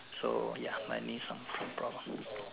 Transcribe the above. so ya my knee some some problem